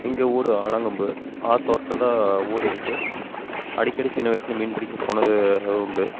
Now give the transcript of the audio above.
angle ஊர் ஆலங்கொம்பு ஆற்றோத்துல தான் ஊர் இருக்குது அடிக்கடி சின்ன வயிசில் மீன் பிடிக்க போனது உண்டு